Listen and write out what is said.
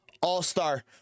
all-star